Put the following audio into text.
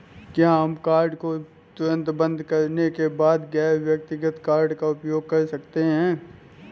क्या हम कार्ड को तुरंत बंद करने के बाद गैर व्यक्तिगत कार्ड का उपयोग कर सकते हैं?